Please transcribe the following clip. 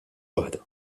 waħda